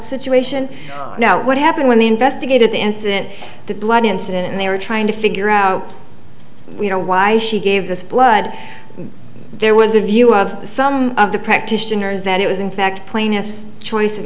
situation now what happened when they investigated the incident the blood incident and they are trying to figure out you know why she gave this blood there was a view of some of the practitioners that it was in fact plainness choice of